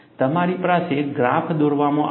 તમારી પાસે ગ્રાફ દોરવામાં આવ્યો છે